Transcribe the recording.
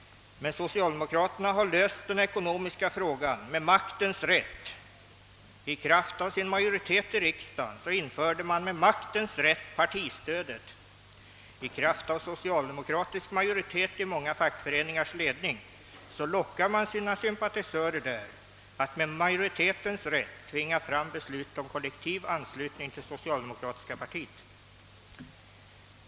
Men socialdemokraterna har löst den ekonomiska frågan med maktens rätt. I kraft av sin majoritet i riksdagen införde de med maktens rätt partistödet. I kraft av socialdemokratisk majoritet i många fackföreningars ledning lockar man sina sympatisörer för att med majoritetens rätt tvinga fram beslut om kollektivanslutning till det socialdemokratiska partiet.